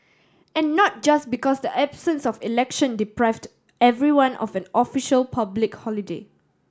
and not just because the absence of election deprived everyone of a official public holiday